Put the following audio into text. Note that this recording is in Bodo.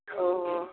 अ